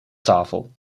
tafel